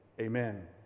Amen